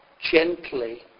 gently